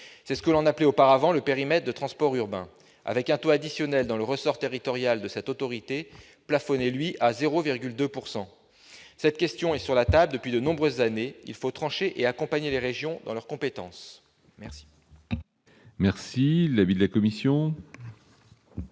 c'est ce qu'on appelait auparavant le périmètre de transports urbains -, avec un taux additionnel, dans le ressort territorial de cette autorité, plafonné, lui, à 0,2 %. Cette question est sur la table depuis de nombreuses années. Il faut la trancher et accompagner les régions dans leurs compétences. Quel